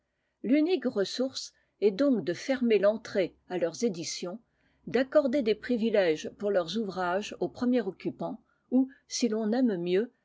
l'unique ressource est donc de fermer l'entrée à leurs éditions d'accorder des privilèges pour leurs ouvrages au premier occupant ou si l'on aime mieux